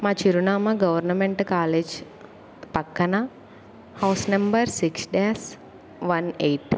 మా చిరునామా government college పక్కన house number six dash one eight